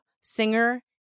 singer